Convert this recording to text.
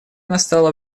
настало